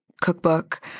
cookbook